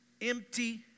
empty